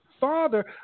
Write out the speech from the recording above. father